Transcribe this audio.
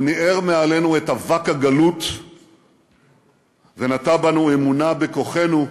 הוא ניער מעלינו את אבק הגלות ונטע בנו אמונה בכוחנו,